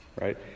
right